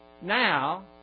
now